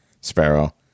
Sparrow